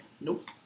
Nope